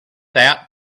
that